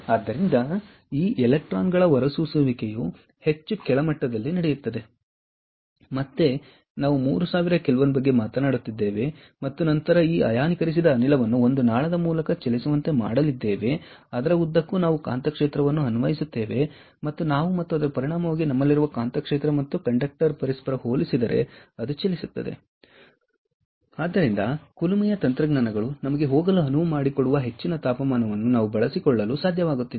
ಆದ್ದರಿಂದ ಈ ಎಲೆಕ್ಟ್ರಾನ್ಗಳ ಹೊರಸೂಸುವಿಕೆಯು ಹೆಚ್ಚು ಕೆಳಮಟ್ಟದಲ್ಲಿ ನಡೆಯುತ್ತದೆ ಮತ್ತು ಮತ್ತೆ ನಾವು 3000 ಕೆ ಬಗ್ಗೆ ಮಾತನಾಡುತ್ತಿದ್ದೇವೆ ಮತ್ತು ನಂತರ ನಾವು ಈ ಅಯಾನೀಕರಿಸಿದ ಅನಿಲವನ್ನು ಒಂದು ನಾಳದ ಮೂಲಕ ಚಲಿಸುವಂತೆ ಮಾಡಲಿದ್ದೇವೆ ಮತ್ತು ಅದರ ಉದ್ದಕ್ಕೂ ನಾವು ಕಾಂತಕ್ಷೇತ್ರವನ್ನು ಅನ್ವಯಿಸುತ್ತೇವೆ ಮತ್ತು ನಾವು ಮತ್ತು ಅದರ ಪರಿಣಾಮವಾಗಿ ನಮ್ಮಲ್ಲಿರುವುದು ಕಾಂತಕ್ಷೇತ್ರ ಮತ್ತು ಕಂಡಕ್ಟರ್ ಪರಸ್ಪರ ಹೋಲಿಸಿದರೆ ಚಲಿಸುತ್ತದೆ ಆದ್ದರಿಂದ ಕುಲುಮೆಯ ತಂತ್ರಜ್ಞಾನಗಳು ನಮಗೆ ಹೋಗಲು ಅನುವು ಮಾಡಿಕೊಡುವ ಹೆಚ್ಚಿನ ತಾಪಮಾನವನ್ನು ನಾವು ಬಳಸಿಕೊಳ್ಳಲು ಸಾಧ್ಯವಾಗುತ್ತಿಲ್ಲ